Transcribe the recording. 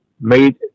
made